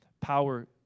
Power